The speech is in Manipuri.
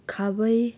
ꯈꯥꯕꯩ